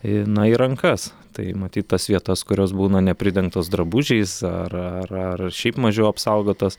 na ir rankas tai matyt tas vietas kurios būna nepridengtos drabužiais ar ar ar šiaip mažiau apsaugotos